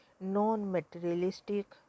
non-materialistic